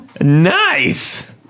nice